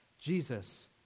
Jesus